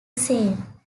same